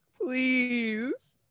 Please